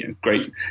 great